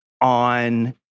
on